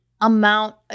amount